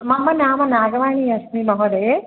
मम नाम नागवाणी अस्मि महोदये